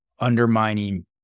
undermining